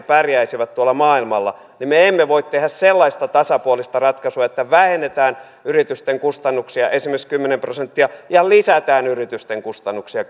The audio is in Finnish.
pärjäisivät tuolla maailmalla niin me emme voi tehdä sellaista tasapuolista ratkaisua että esimerkiksi vähennetään yritysten kustannuksia kymmenen prosenttia ja lisätään yritysten kustannuksia